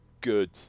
good